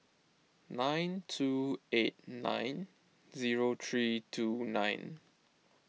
nine two eight nine zero three two nine